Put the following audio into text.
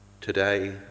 Today